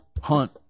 Hunt